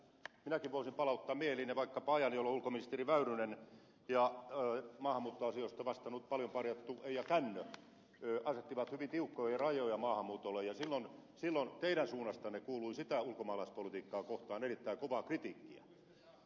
minäkin voisin palauttaa mieliinne vaikkapa ajan jolloin ulkoministeri väyrynen ja maahanmuuttoasioista vastannut paljon parjattu eila kännö asettivat hyvin tiukkoja rajoja maahanmuutolle ja silloin teidän suunnastanne kuului sitä ulkomaalaispolitiikkaa kohtaan erittäin kovaa kritiikkiä